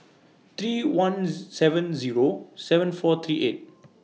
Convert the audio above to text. three one seven Zero seven four three eight